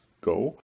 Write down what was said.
go